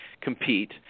compete